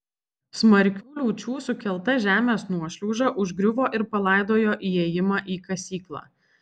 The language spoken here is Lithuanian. smarkių liūčių sukelta žemės nuošliauža užgriuvo ir palaidojo įėjimą į kasyklą